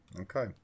Okay